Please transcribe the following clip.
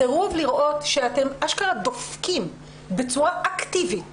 הסירוב לראות שאתם "אשכרה" דופקים בצורה אקטיבית